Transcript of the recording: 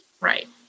Right